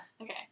Okay